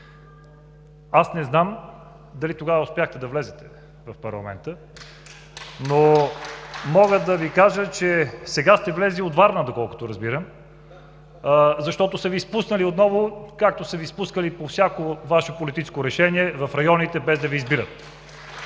аз не знам дали тогава успяхте да влезете в парламента (ръкопляскания от ГЕРБ), но мога да Ви кажа, че сега сте влезли от Варна, доколкото разбирам, защото са Ви спуснали отново, както са Ви спускали по всяко Ваше политическо решение в районите, без да Ви избират.